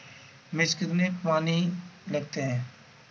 मिर्च में कितने पानी लगते हैं?